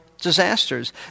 disasters